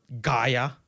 Gaia